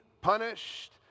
punished